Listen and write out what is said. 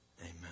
Amen